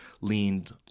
leaned